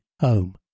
home